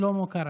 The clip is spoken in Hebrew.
שלמה קרעי.